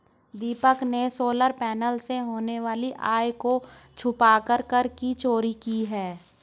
दीपक ने solar panel से होने वाली आय को छुपाकर कर की चोरी की है